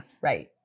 right